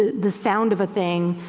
the sound of a thing,